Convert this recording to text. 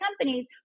companies